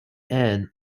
end